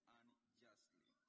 unjustly